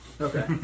Okay